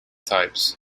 types